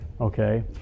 okay